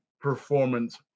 performance